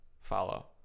follow